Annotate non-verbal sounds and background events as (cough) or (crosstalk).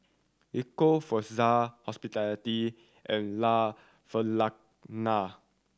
Ecco Fraser Hospitality and La (unintelligible)